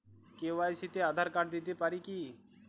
KYC তে Aadhaar card দিতে পারি কি?